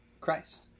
Christ